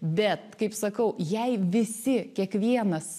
bet kaip sakau jei visi kiekvienas